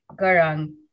Garang